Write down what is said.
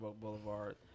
Boulevard